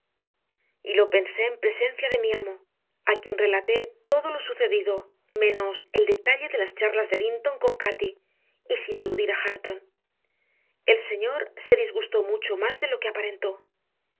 pensarlo y lo pensé en presencia de mi amo a quien relaté todo lo sucedido menos el detalle de las charlas de linton con cati y sin aludir a hareton el señor se disgustó mucho más de lo que aparentó